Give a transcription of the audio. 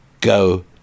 go